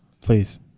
Please